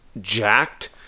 jacked